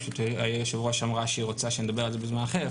פשוט היו"ר אמרה שהיא רוצה שנדבר על זה בזמן אחר.